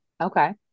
okay